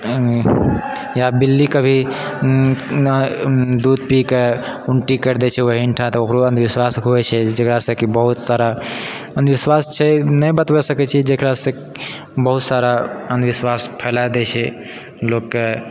या बिल्ली कभी दूध पी कए उल्टी करि दै छै ओहिठाम तऽ ओकरो अन्धविश्वास कहै छै जकरासँ की बहुत सारा अन्धविश्वास छै नहि बताबे सकै छी जकरासँ बहुत सारा अन्धविश्वास फैला दै छै लोकके